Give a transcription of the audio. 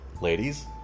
ladies